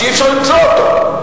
שאי-אפשר למצוא אותו,